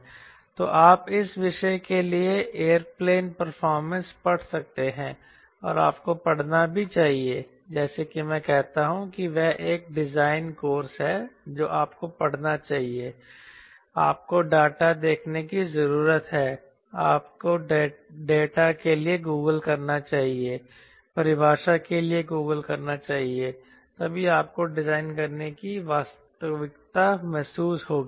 तो आप इस विषय के लिए एयरप्लेन परफॉर्मेंस पढ़ सकते हैं और आपको पढ़ना भी चाहिए जैसे कि मैं कहता हूं कि वह एक डिजाइन कोर्स है जो आपको पढ़ना चाहिए आपको डाटा देखने की जरूरत है आपको डाटा के लिए गूगल करना चाहिए परिभाषा के लिए गूगल करना चाहिए तभी आपको डिजाइन करने की वास्तविकता महसूस होगी